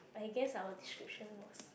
I guess our description looks